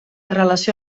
relació